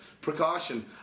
precaution